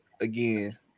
again